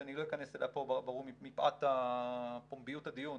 שאני לא אכנס אליה פה מפאת פומביות הדיון,